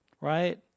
right